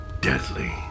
deadly